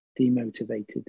demotivated